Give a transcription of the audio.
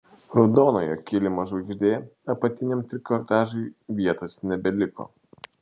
raudonojo kilimo žvaigždė apatiniam trikotažui vietos nebeliko